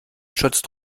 shirt